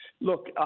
Look